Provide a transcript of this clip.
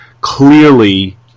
clearly